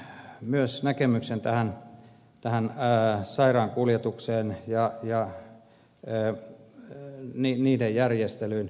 sitten otan myös näkemyksen tähän sairaankuljetukseen ja sen järjestelyyn